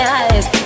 eyes